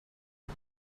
hat